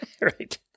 Right